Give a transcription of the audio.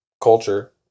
culture